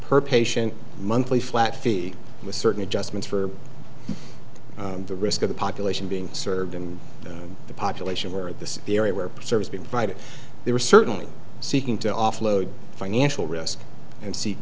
per patient monthly flat fee with certain adjustments for the risk of the population being served and the population where this is the area where service be provided they were certainly seeking to offload financial risk and see